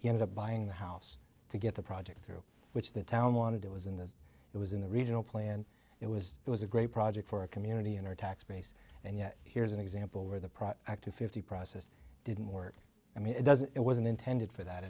he ended up buying the house to get the project through which the town wanted it was in this it was in the regional plan it was it was a great project for a community in our tax base and yet here's an example where the fifty process didn't work i mean it doesn't it wasn't intended for that